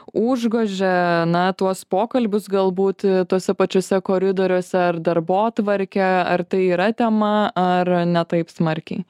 užgožia na tuos pokalbius galbūt tuose pačiuose koridoriuose ar darbotvarkę ar tai yra tema ar ne taip smarkiai